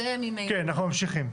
כן, אנחנו ממשיכים.